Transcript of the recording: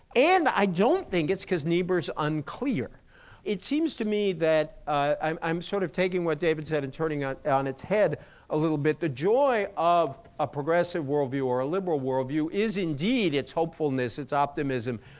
and i don't think it's because niebuhr is unclear it seems to me that i'm i'm sort of taking what david said and turning it on its head a little bit the joy of a progressive worldview or a liberal worldview is indeed its hopefulness, its optimism,